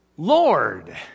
Lord